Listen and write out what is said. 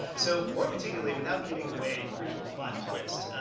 so, more particularly, without giving away crucial plot twists,